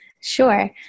Sure